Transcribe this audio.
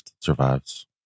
survives